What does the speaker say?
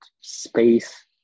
space